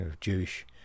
Jewish